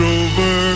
over